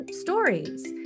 stories